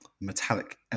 metallic